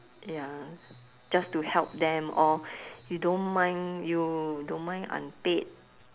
ya just to help them or you don't mind you don't mind unpaid